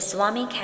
Swami